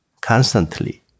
constantly